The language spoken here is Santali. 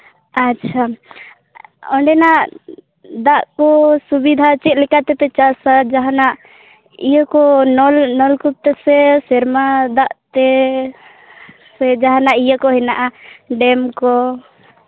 ᱟᱪᱪᱷᱟ ᱚᱸᱰᱮᱱᱟᱜ ᱫᱟᱜ ᱠᱚ ᱥᱩᱵᱤᱫᱷᱟ ᱪᱮᱫ ᱞᱮᱠᱟ ᱛᱮᱯᱮ ᱪᱟᱥᱼᱟ ᱡᱟᱦᱟᱱᱟᱜ ᱤᱭᱟᱹ ᱠᱚ ᱱᱚᱞ ᱱᱚᱞ ᱠᱚᱛᱮ ᱥᱮ ᱥᱮᱨᱢᱟ ᱫᱟᱜ ᱛᱮ ᱥᱮ ᱡᱟᱦᱟᱱᱟᱜ ᱤᱭᱟᱹ ᱠᱚ ᱦᱮᱱᱟᱜᱼᱟ ᱰᱮᱢ ᱠᱚ